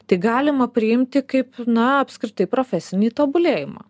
tai galima priimti kaip na apskritai profesinį tobulėjimą